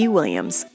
Williams